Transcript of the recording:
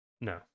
no